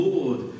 Lord